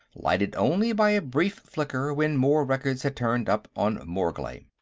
lighted only by a brief flicker when more records had turned up on morglay.